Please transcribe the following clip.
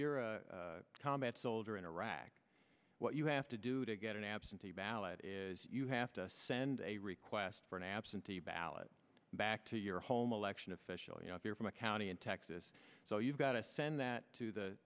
you're a combat soldier in iraq what you have to do to get an absentee ballot is you have to send a request for an absentee ballot back to your home election official you know if you're from a county in texas so you've got to send that to